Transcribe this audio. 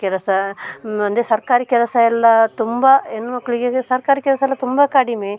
ಕೆಲಸ ಅಂದರೆ ಸರ್ಕಾರಿ ಕೆಲಸ ಎಲ್ಲ ತುಂಬ ಹೆಣ್ಮಕ್ಳಿಗೆ ಈಗ ಸರ್ಕಾರಿ ಕೆಲಸಯೆಲ್ಲ ತುಂಬ ಕಡಿಮೆ